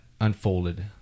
unfolded